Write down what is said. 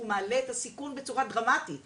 שהוא מעלה את הסיכון בצורה דרמטית